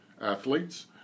athletes